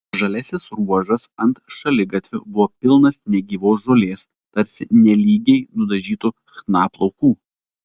žaliasis ruožas ant šaligatvių buvo pilnas negyvos žolės tarsi nelygiai nudažytų chna plaukų